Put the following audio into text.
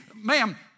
ma'am